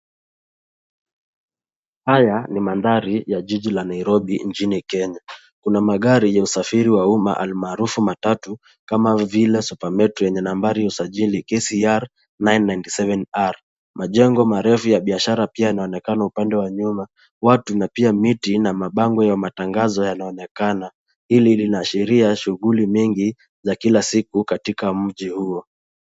Haya ni mandhari ya jiji la Nairobi mjini Kenya, kuna magari ya usafiri wa umma almaarufu matatu, kama vile super metro yenye nambari ya usajili KCR 997R. Majengo marefu ya biashara pia yanaonekena upande wa nyuma, watu na pia miti na mabango ya matangazo yanaonekana. Hili linaashiria shughuli mingi za kila siku katika mji huo.